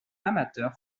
amateur